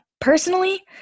Personally